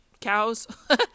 cows